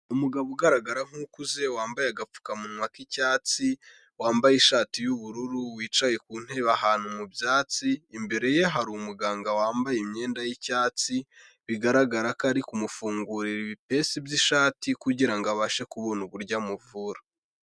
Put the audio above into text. Umugabo ugaragara nk'ukuze wambaye agapfukamunwa k'icyatsi, wambaye ishati y'ubururu, wicaye ku ntebe ahantu mu byatsi, imbere ye hari umuganga wambaye imyenda y'icyatsi bigaragara ko ari kumufungurira ibipesu by'ishati kugira ngo abashe kubona uburyo amuvura.